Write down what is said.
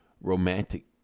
romantic